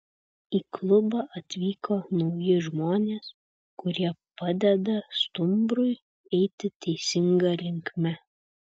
į klubą atvyko nauji žmonės kurie padeda stumbrui eiti teisinga linkme